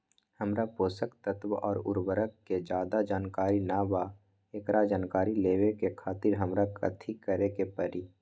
हमरा पोषक तत्व और उर्वरक के ज्यादा जानकारी ना बा एकरा जानकारी लेवे के खातिर हमरा कथी करे के पड़ी?